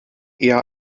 eher